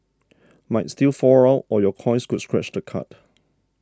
might still fall out or your coins could scratch the card